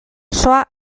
osoa